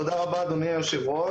תודה רבה, אדוני היושב-ראש.